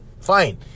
fine